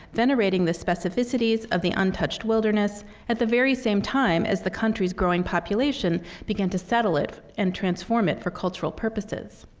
venerating the specificities of the untouched wilderness at the very same time as the country's growing population began to settle it and transform it for cultural purposes.